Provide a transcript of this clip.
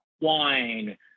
wine